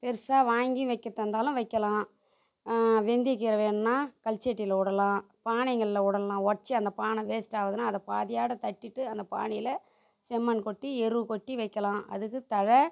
பெருசாக வாங்கி வைக்கிறதாக இருந்தாலும் வைக்கலாம் வெந்தயக்கீரை வேணுன்னா கல்சட்டியில் விடலாம் பானைங்களில் விடலாம் உடச்சி அந்த பானை வேஸ்ட்டாவுதுனா அதை பாதியோடய தட்டிட்டு அந்த பானையில் செம்மண் கொட்டி எருவு கொட்டி வைக்கலாம் அதுக்கு தழை